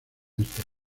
este